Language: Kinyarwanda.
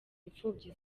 imfubyi